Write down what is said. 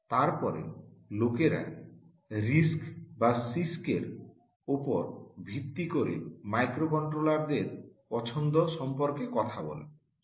তারপর লোকেরা মাইক্রোকন্ট্রোলারদের চয়ন সম্পর্কে আরআইএসসি বা সিআইএসসি র উপর ভিত্তি করে মন্তব্য করে